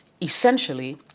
Essentially